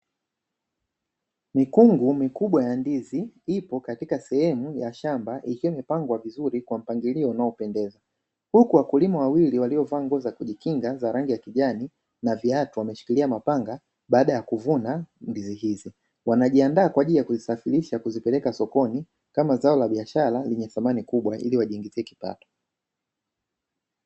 Mikungu mikubwa ya ndizi ipo katika sehemu ya shamba ikiwa imepangwa vizuri kwa mpangilio unaopendeza, huku wakulima wawili waliovaa nguo za kujikinga za rangi ya kijani na viatu wameshikilia mapanga baada ya kuvuna ndizi hizi, wanajiandaa kwa ajili ya kuzisafirisha kuzipeleka sokoni kama zao la biashara lenye thamani kubwa ili wajiingize kipato.